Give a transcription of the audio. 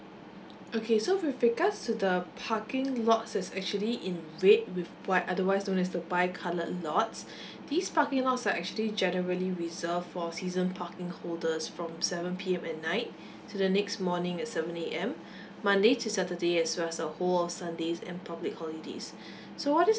okay so with regards to the parking lots is actually in red with white otherwise known as the bi coloured lots these parking lots are actually generally reserve for season parking holders from seven P_M at night to the next morning at seven A_M monday to saturday as well as the whole of sundays and public holidays so what it's